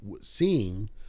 seeing